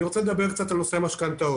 אני רוצה לדבר על נושא המשכנתאות.